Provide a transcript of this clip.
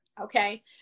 Okay